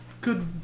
good